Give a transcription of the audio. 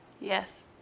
Yes